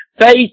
Faith